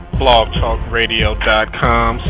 blogtalkradio.com